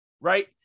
right